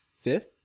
fifth